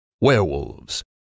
werewolves